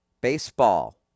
Baseball